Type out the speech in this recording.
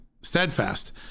steadfast